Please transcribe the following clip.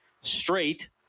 straight